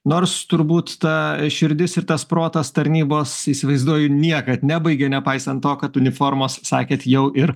nors turbūt ta širdis ir tas protas tarnybos įsivaizduoju niekad nebaigia nepaisan to kad uniformos sakėt jau ir